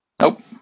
Nope